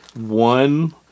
one